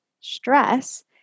stress